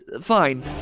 fine